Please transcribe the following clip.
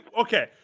Okay